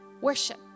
worship